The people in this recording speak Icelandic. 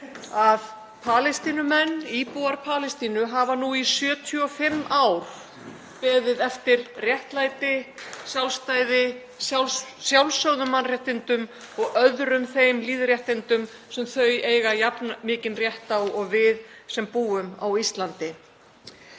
að Palestínumenn, íbúar Palestínu, hafa nú í 75 ár beðið eftir réttlæti, sjálfstæði, sjálfsögðum mannréttindum og öðrum þeim lýðréttindum sem þau eiga jafn mikinn rétt á og við sem búum á Íslandi.